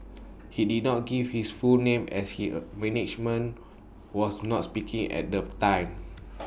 he did not give his full name as his A management was not speaking at the time